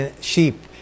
sheep